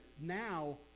now